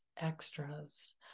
extras